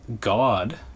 God